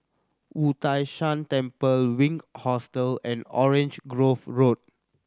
Wu Tai Shan Temple Wink Hostel and Orange Grove Road